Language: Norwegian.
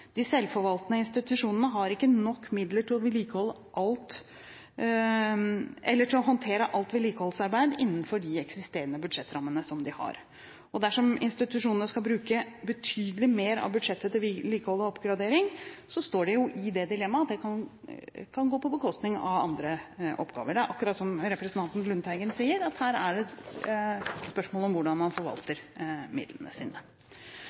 De selvforvaltende institusjonene har ikke nok midler til å håndtere alt vedlikeholdsarbeid innenfor sine eksisterende budsjettrammer. Dersom institusjonene skal bruke betydelig mer av budsjettet til vedlikehold og oppgradering, så kan det gå på bekostning av andre oppgaver. Det er akkurat som representanten Lundteigen sier, at her er det et spørsmål om hvordan man forvalter midlene sine.